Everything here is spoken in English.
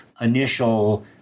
initial